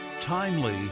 timely